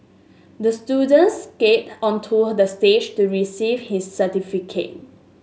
the student skated onto the stage to receive his certificate